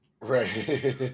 Right